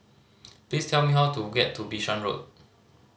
please tell me how to get to Bishan Road